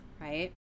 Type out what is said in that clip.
right